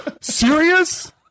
serious